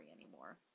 anymore